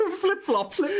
flip-flops